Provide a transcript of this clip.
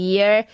Year